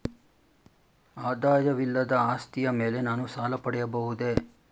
ಆದಾಯವಿಲ್ಲದ ಆಸ್ತಿಯ ಮೇಲೆ ನಾನು ಸಾಲ ಪಡೆಯಬಹುದೇ?